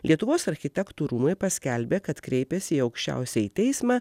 lietuvos architektų rūmai paskelbė kad kreipėsi į aukščiausiąjį teismą